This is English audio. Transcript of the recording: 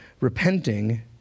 repenting